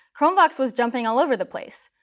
chromevox was jumping all over the place.